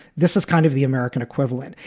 this is kind of the american equivalent.